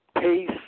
pace